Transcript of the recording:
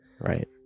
Right